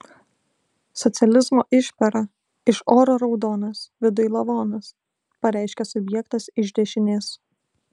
socializmo išpera iš oro raudonas viduj lavonas pareiškė subjektas iš dešinės